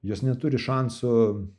jos neturi šansų